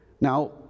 Now